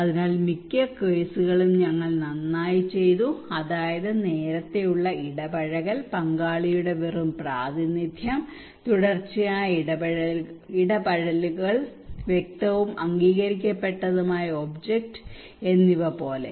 അതിനാൽ മിക്ക കേസുകളും ഞങ്ങൾ നന്നായി ചെയ്തു അതായത് നേരത്തെയുള്ള ഇടപഴകൽ പങ്കാളിയുടെ വെറും പ്രാതിനിധ്യം തുടർച്ചയായ ഇടപഴകലുകൾ വ്യക്തവും അംഗീകരിക്കപ്പെട്ടതുമായ ഒബ്ജക്റ്റ് എന്നിവ പോലെ